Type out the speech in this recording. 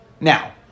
Now